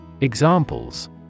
Examples